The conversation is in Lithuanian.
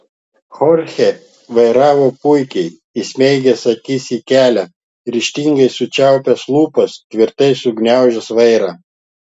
chorchė vairavo puikiai įsmeigęs akis į kelią ryžtingai sučiaupęs lūpas tvirtai sugniaužęs vairą